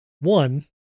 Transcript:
one